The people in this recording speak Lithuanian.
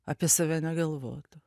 apie save negalvot